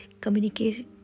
Communication